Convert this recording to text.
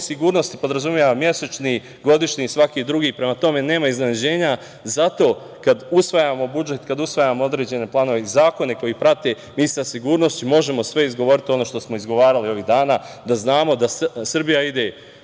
sigurnosti podrazumeva mesečni, godišnji i svaki drugi. Prema tome, nema iznenađenja. Zato, kada usvajamo budžet, kada usvajamo određene planove i zakone koji ih prate, mi sa sigurnošću možemo sve izgovoriti ono što smo izgovarali ovih dana, da znamo da Srbija ide